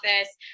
office